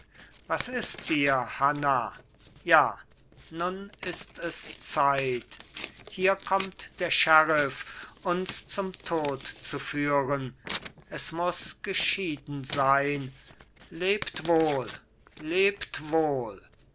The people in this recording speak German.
was ist dir hanna ja nun ist es zeit hier kommt der sheriff uns zum tod zu führen es muß geschieden sein lebt wohl lebt wohl